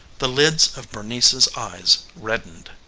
the lids of bernice's eyes reddened.